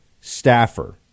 staffer